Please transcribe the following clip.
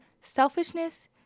selfishness